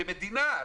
כמדינה,